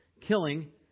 killing